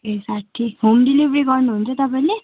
ए साठी home delivery गर्नुहुन्छ तपाईँले